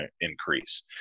increase